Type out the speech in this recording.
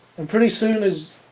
and pretty soon as